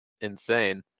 insane